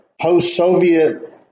post-Soviet